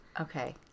okay